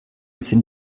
sind